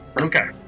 Okay